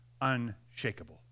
unshakable